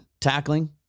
Tackling